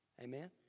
Amen